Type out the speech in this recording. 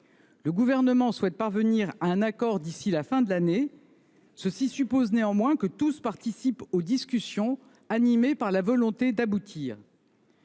Le Gouvernement souhaite parvenir à un accord d’ici à la fin de l’année. Néanmoins, cela suppose que tous participent aux discussions, animés par la volonté d’aboutir.